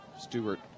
Stewart